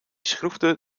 schroefde